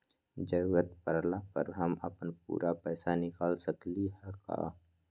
जरूरत परला पर हम अपन पूरा पैसा निकाल सकली ह का?